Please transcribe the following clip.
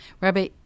Rabbi